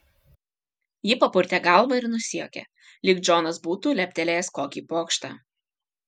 ji papurtė galvą ir nusijuokė lyg džonas būtų leptelėjęs kokį pokštą